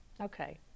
Okay